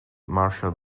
marshall